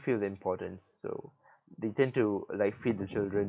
feel the importance so they tend to like feed the children